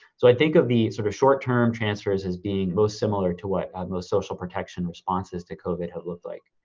so i think of the sort of short term transfers as being most similar to what most social protection responses to covid have looked like.